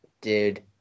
dude